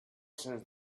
cens